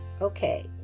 Okay